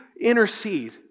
intercede